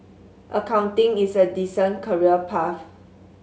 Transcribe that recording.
accounting is a decent career path